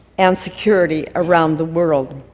and security around the world.